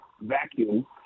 vacuum